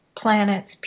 planets